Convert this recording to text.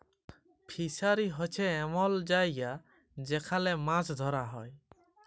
fishery হছে এমল জায়গা যেখালে মাছ ধ্যরা হ্যয়